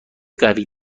قوی